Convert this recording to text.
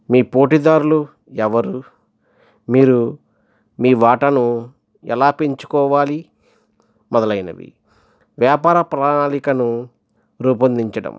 మీ పోటీదారులు ఎవరు మీరు మీ వాటాను ఎలా పెంచుకోవాలి మొదలైనవి వ్యాపార ప్రణాళికను రూపొందించడం